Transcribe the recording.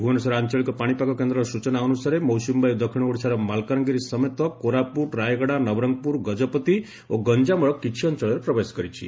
ଭୁବନେଶ୍ୱର ଆଞ୍ଚଳିକ ପାଶିପାଗ କେନ୍ଦର ସ୍ଟଚନା ଅନୁସାରେ ମୌସୁମୀ ବାୟୁ ଦକ୍ଷିଣ ଓଡ଼ିଶାର ମାଲକାନଗିରି ସମେତ କୋରାପୁଟ ରାୟଗଡା ନବରଙ୍ଗପୁର ଗଜପତି ଓ ଗଞ୍ଠାମର କିଛି ଅଞ୍ଞଳରେ ପ୍ରବେଶ କରିଛି